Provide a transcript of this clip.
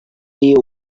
you